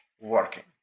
Working